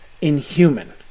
inhuman